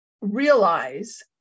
realize